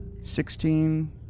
sixteen